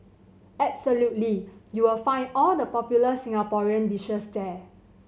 absolutely you will find all the popular Singaporean dishes there